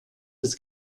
das